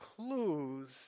clues